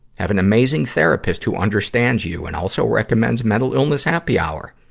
have an amazing therapist who understand you and also recommends mental illness happy hour.